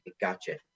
gotcha